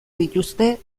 dituzte